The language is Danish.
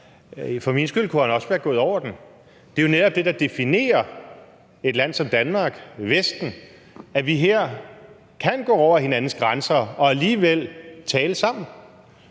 For min skyld kunne han også være gået over den. Det er jo netop det, der definerer et land som Danmark, Vesten, at vi her kan gå over hinandens grænser og alligevel tale sammen.